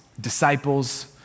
disciples